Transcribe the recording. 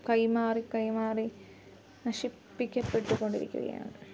കൈമാറി കൈമാറി നശിപ്പിക്കപ്പെട്ടുകൊണ്ടിരിക്കുകയാണ്